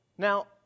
Now